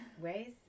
ways